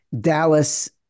Dallas